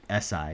SI